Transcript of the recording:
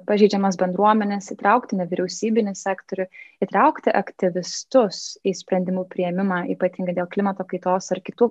pažeidžiamas bendruomenes įtraukti nevyriausybinį sektorių įtraukti aktyvistus į sprendimų priėmimą ypatingai dėl klimato kaitos ar kitų